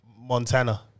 Montana